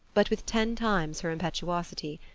but with ten times her impetuosity.